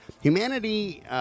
Humanity